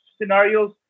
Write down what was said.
scenarios